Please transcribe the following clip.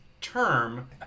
term